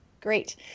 Great